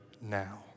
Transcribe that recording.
now